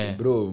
bro